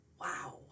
Wow